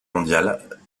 mondiale